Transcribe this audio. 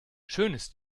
schönes